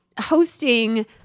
hosting